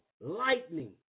lightning